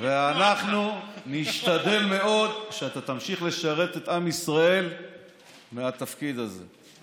ואנחנו נשתדל מאוד שאתה תמשיך לשרת את עם ישראל מהתפקיד הזה.